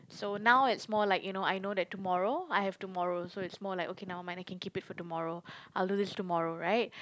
so now it's more like you know I know that tomorrow I have tomorrow so it's more like okay nevermind I can keep it for tomorrow I'll do this tomorrow right